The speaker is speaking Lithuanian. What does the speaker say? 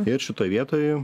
ir šitoj vietoj